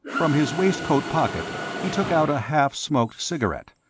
from his waistcoat pocket he took out a half-smoked cigarette.